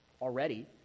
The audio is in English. already